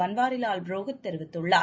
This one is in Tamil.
பன்வாரிலால் புரோஹித் தெரிவித்துள்ளார்